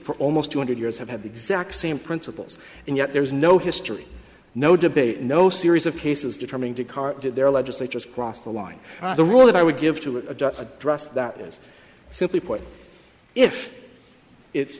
for almost two hundred years have had the exact same principles and yet there's no history no debate no series of cases determining to cart did their legislatures cross the line the rule that i would give to a address that is simply put if it's